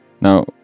Now